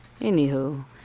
Anywho